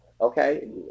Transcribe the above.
Okay